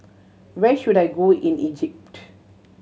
where should I go in Egypt